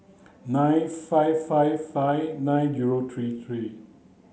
nine five five five nine zero three three